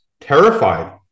terrified